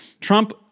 Trump—